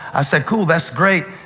i said, cool. that's great.